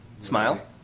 smile